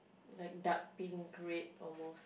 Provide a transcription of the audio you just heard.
like dark pink red almost